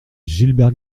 gilbert